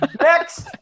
Next